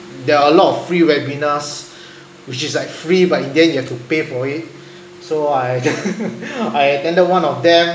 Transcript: there are a lot of free webinars which is like free but in the end you have to pay for it so I I attended one of them